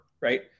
right